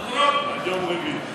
עד יום רביעי.